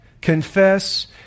confess